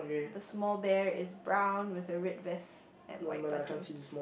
the small bear is brown with a red vest and white buttons